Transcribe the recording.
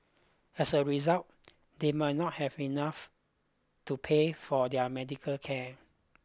as a result they may not have enough to pay for their medical care